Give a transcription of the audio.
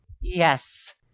yes